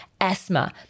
asthma